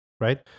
right